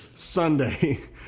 Sunday